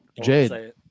Jade